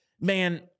man